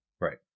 Right